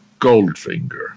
Goldfinger